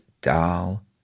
doll